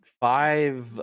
five